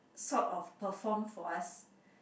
sort of perform for us